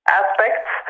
aspects